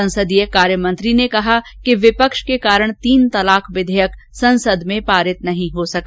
संसदीय कार्य मंत्री ने कहा कि विपक्ष के कारण तीन तलाक विधेयक संसद में पारित नहीं हो सका